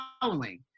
following